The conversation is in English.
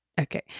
Okay